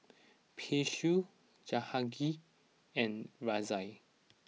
Peyush Jahangir and Razia